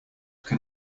can